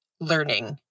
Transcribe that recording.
learning